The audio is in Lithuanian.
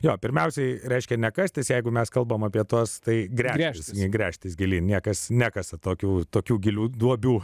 jo pirmiausiai reiškia ne kastis jeigu mes kalbame apie tuos tai gręžiasi į gręžtis giliai niekas nekasa tokių tokių gilių duobių